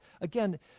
again